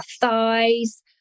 thighs